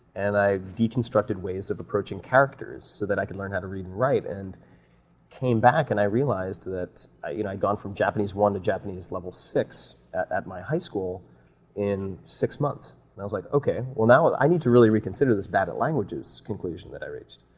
and i deconstructed ways of approaching characters so that i could learn how to read and write and came back, and i realized that i you know had gone from japanese one to japanese level six at my high school in six months, and i was like, okay, well, now i need to really reconsider this bad at languages conclusion that i reached.